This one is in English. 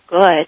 good